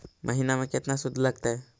महिना में केतना शुद्ध लगतै?